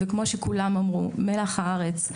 וכמו שכולם אמרו, מלח הארץ,